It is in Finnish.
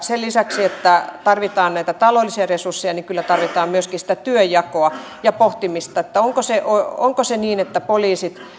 sen lisäksi että tarvitaan näitä taloudellisia resursseja kyllä tarvitaan myöskin sitä työnjakoa ja pohtimista onko se niin että poliisit